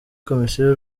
komisiyo